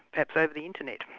perhaps, over the internet.